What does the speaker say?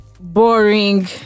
Boring